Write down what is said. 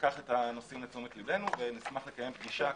ניקח את הנושאים לתשומת לבנו ונשמח לקיים פגישה.